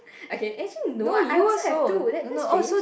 okay actually no ah I also have two that that's strange